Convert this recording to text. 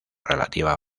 relativa